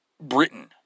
Britain